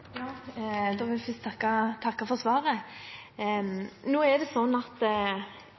Da vil jeg først takke for svaret. Jeg har mottatt en rekke bekymringer fra fagfolk når det